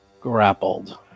Grappled